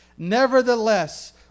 Nevertheless